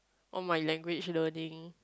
all my language learning